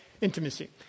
Intimacy